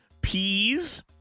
peas